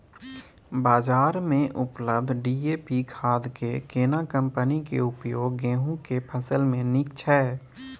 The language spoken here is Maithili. बाजार में उपलब्ध डी.ए.पी खाद के केना कम्पनी के उपयोग गेहूं के फसल में नीक छैय?